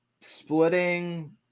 splitting